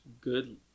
good